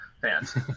fans